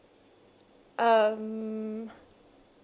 um